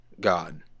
God